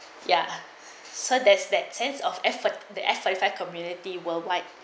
ya so there's that sense of effort the F four forty five community worldwide